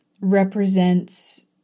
represents